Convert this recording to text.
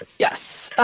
ah yes,